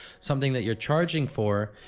something that you're charging for,